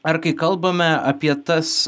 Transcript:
ar kai kalbame apie tas